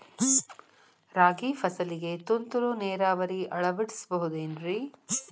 ರಾಗಿ ಫಸಲಿಗೆ ತುಂತುರು ನೇರಾವರಿ ಅಳವಡಿಸಬಹುದೇನ್ರಿ?